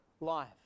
life